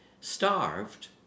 starved